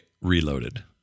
Reloaded